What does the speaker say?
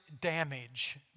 damage